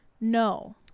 No